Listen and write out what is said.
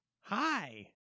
Hi